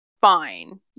fine